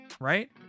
right